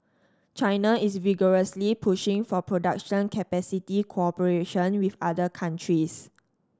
China is vigorously pushing for production capacity cooperation with other countries